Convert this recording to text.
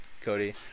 Cody